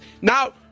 now